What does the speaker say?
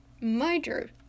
Major